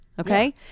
okay